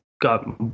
got